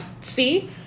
see